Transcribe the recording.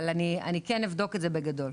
אבל אני כן אבדוק את זה בגדול.